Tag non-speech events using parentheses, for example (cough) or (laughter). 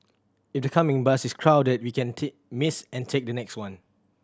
if the coming bus is crowded we can (unintelligible) miss and take the next one